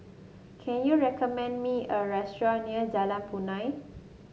can you recommend me a restaurant near Jalan Punai